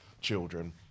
children